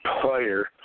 player